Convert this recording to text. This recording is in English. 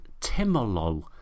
timolol